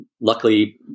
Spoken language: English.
luckily